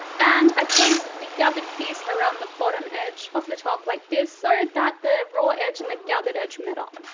and i placed the gathered piece around the bottom edge of the top like this, so that the raw edge and the gathered edge met up.